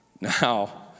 Now